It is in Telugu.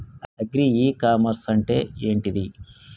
అగ్రి ఇ కామర్స్ అంటే ఏంటిది?